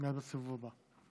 מייד בסיבוב הבא.